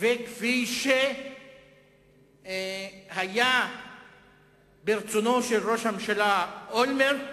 וכפי שהיה ברצונו של ראש הממשלה אולמרט לעשות,